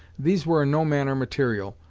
these were in no manner material,